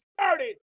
started